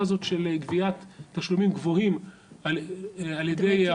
הזאת של גביית תשלומים גבוהים על ידי.